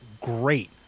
great